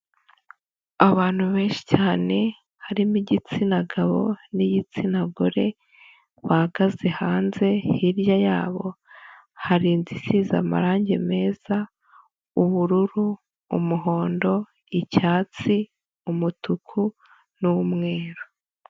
Abantu benshi cyane harimo igitsina gabo n'igitsina gore bahagaze hanze, hirya yabo hari inzu isize amarange meza ubururu, umuhondo, icyatsi, umutuku n'umweru.